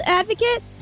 advocate